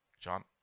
John